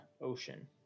ocean